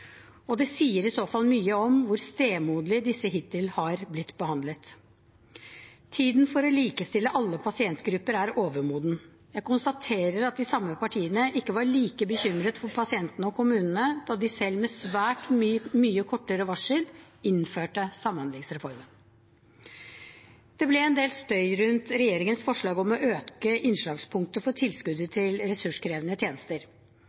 Det sier i så fall mye om hvor stemoderlig disse hittil har blitt behandlet. Tiden for å likestille alle pasientgrupper er overmoden. Jeg konstaterer at de samme partiene ikke var like bekymret for pasientene og kommunene da de selv med svært mye kortere varsel innførte samhandlingsreformen. Det ble en del støy rundt regjeringens forslag om å øke innslagspunktet for tilskuddet til ressurskrevende tjenester.